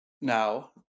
now